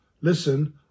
listen